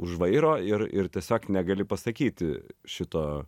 už vairo ir ir tiesiog negali pasakyti šito